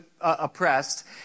oppressed